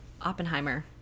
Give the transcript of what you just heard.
Oppenheimer